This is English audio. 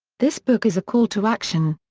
this book is a call to action.